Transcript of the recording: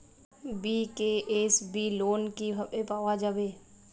BKSB loan কিভাবে পাওয়া যাবে?